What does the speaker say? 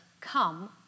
come